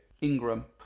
Ingram